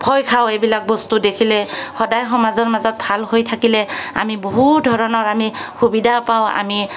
ভয় খাওঁ এইবিলাক বস্তু দেখিলে সদায় সমাজৰ মাজত ভাল হৈ থাকিলে আমি বহু ধৰণৰ আমি সুবিধা পাওঁ আমি